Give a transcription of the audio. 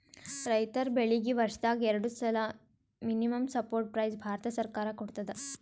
ರೈತರ್ ಬೆಳೀಗಿ ವರ್ಷದಾಗ್ ಎರಡು ಸಲಾ ಮಿನಿಮಂ ಸಪೋರ್ಟ್ ಪ್ರೈಸ್ ಭಾರತ ಸರ್ಕಾರ ಕೊಡ್ತದ